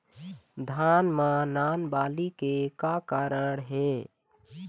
धान म नान बाली के का कारण हे?